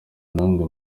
n’umwe